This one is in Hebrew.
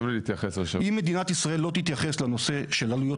אם מדינת ישראל לא תתייחס לנושא של עלויות